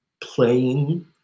playing